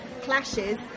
clashes